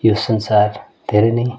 यो संसार धेरै नै